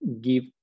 give